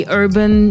urban